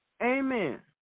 Amen